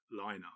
lineup